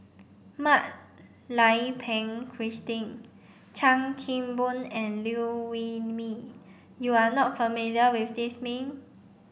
Mak Lai Peng Christine Chan Kim Boon and Liew Wee Mee you are not familiar with these name